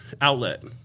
outlet